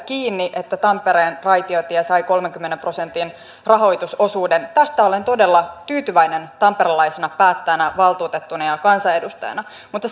kiinni niin että tampereen raitiotie sai kolmenkymmenen prosentin rahoitusosuuden tästä olen todella tyytyväinen tamperelaisena päättäjänä valtuutettuna ja kansanedustajana mutta